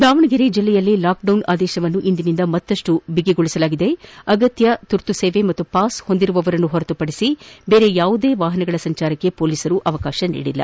ದಾವಣಗೆರೆ ಜಿಲ್ಲೆಯಲ್ಲಿ ಲಾಕ್ಡೌನ್ ಆದೇಶವನ್ನು ಇಂದಿನಿಂದ ಮತ್ತಖ್ನ ಬಿಗಿೊಳಿಸಲಾಗಿದ್ದು ಆಗತ್ಯ ತುರ್ತುಸೇವೆ ಮತ್ತು ಪಾಸ್ ಹೊಂದಿರುವವರನ್ನು ಹೊರತುಪಡಿಸಿ ಬೇರೆ ಯಾವುದೇ ವಾಹನಗಳ ಸಂಚಾರಕ್ಕೆ ಮೊಲೀಸರು ಅವಕಾಶ ನೀಡಿಲ್ಲ